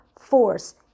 force